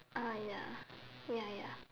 ah ya ya ya